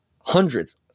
hundreds